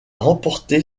remporté